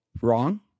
wrong